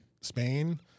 Spain